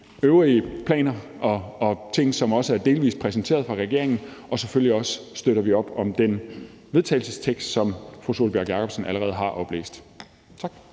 øvrige planer og ting, som også er delvis præsenteret af regeringen, og selvfølgelig støtter vi også op om den vedtagelsestekst, som fru Sólbjørg Jakobsen allerede har læst op. Tak.